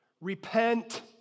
repent